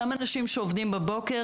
אותם אנשים שעובדים בבוקר,